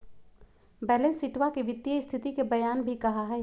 balance शीटवा के वित्तीय स्तिथि के बयान भी कहा हई